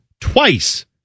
twice